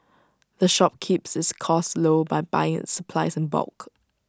the shop keeps its costs low by buying its supplies in bulk